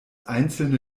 einzelne